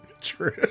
True